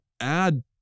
Add